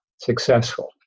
successful